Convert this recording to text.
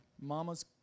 mama's